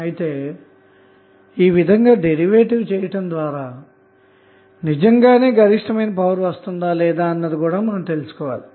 అయితే ఈ విధంగా డెరివేటివ్ చేయటం ద్వారా నిజంగానే గరిష్టమైన పవర్ వస్తుందా లేదా అన్నది తెలుసుకోవాలి